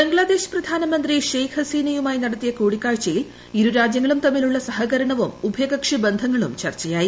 ബംഗ്ലാദേശ് പ്രധാനമന്ത്രി ഷെയ്ഖ് ഹസീനയുമായി നടത്തിയ കൂടിക്കാഴ്ചയിൽ ഇരുരാജൃങ്ങളും തമ്മിലുള്ള സഹകരണവും ഉഭയകക്ഷിബന്ധങ്ങളും ചർച്ചയായി